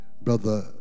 brother